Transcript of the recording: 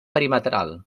perimetral